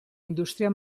indústria